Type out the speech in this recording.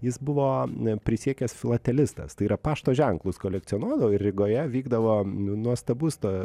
jis buvo n prisiekęs filatelistas tai yra pašto ženklus kolekcionuodavo ir rygoje vykdavo nuostabus to